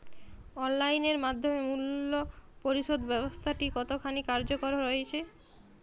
Online এর মাধ্যমে মূল্য পরিশোধ ব্যাবস্থাটি কতখানি কার্যকর হয়েচে?